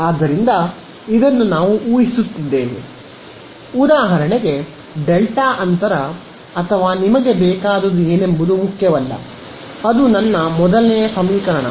ಆದ್ದರಿಂದ ಇದನ್ನು ನಾವು ಊಹಿಸುತ್ತಿದ್ದೇವೆ ಉದಾಹರಣೆಗೆ ಡೆಲ್ಟಾ ಅಂತರ ಅಥವಾ ನಿಮಗೆ ಬೇಕಾದುದು ಏನೆಂಬುದು ಮುಖ್ಯವಲ್ಲ ಅದು ನನ್ನ ಮೊದಲನೆಯದು ಸಮೀಕರಣ